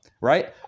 right